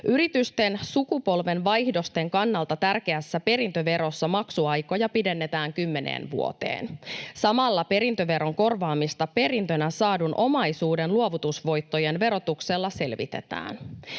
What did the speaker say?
Yritysten sukupolvenvaihdosten kannalta tärkeässä perintöverossa maksuaikoja pidennetään kymmeneen vuoteen. Samalla perintöveron korvaamista perintönä saadun omaisuuden luovutusvoittojen verotuksella selvitetään.